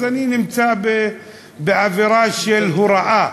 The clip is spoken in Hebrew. אז אני נמצא באווירה של הוראה.